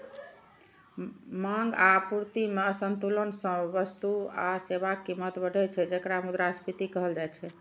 मांग आ आपूर्ति मे असंतुलन सं वस्तु आ सेवाक कीमत बढ़ै छै, जेकरा मुद्रास्फीति कहल जाइ छै